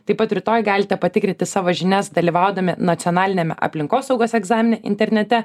taip pat rytoj galite patikrinti savo žinias dalyvaudami nacionaliniame aplinkosaugos egzamine internete